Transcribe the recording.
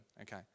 Okay